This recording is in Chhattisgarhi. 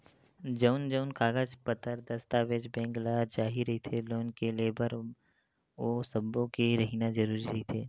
जउन जउन कागज पतर दस्ताबेज बेंक ल चाही रहिथे लोन के लेवब बर ओ सब्बो के रहिना जरुरी रहिथे